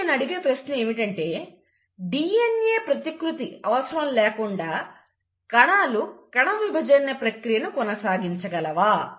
ఇప్పుడు నేను అడిగే ప్రశ్న ఏమిటంటే DNA ప్రతికృతిరెప్లికేషన్ అవసరం లేకుండా కణాలు కణవిభజన ప్రక్రియను కొనసాగించగలమా